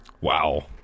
wow